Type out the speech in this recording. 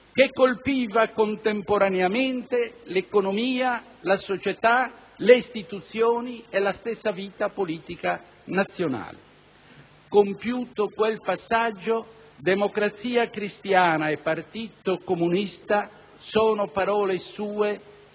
che colpiva contemporaneamente l'economia, la società, le istituzioni e la stessa vita politica nazionale. Compiuto quel passaggio, Democrazia cristiana e Partito comunista - sono parole sue